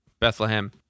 Bethlehem